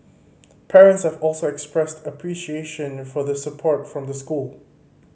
parents have also expressed appreciation for the support from the school